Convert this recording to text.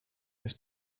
this